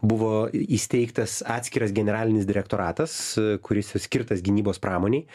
buvo įsteigtas atskiras generalinis direktoratas kuris skirtas gynybos pramonei